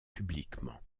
publiquement